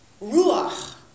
Ruach